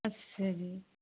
ਅੱਛਾ ਜੀ